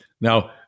Now